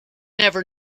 never